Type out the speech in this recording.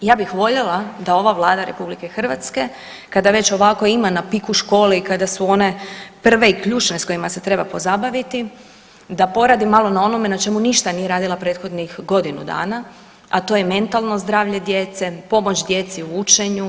Ja bih voljela da ova Vlada RH kada već ovako ima na piku škole i kada su one prve i ključne s kojima se treba pozabaviti da poradi malo na onome na čemu ništa nije radila prethodnih godinu dana, a to je mentalno zdravlje djece, pomoć djeci u učenju.